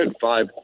five